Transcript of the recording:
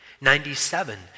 Ninety-seven